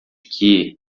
que